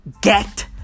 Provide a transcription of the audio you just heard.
Get